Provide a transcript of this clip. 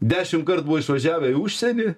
dešimtkart buvo išvažiavę į užsienį